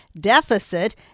deficit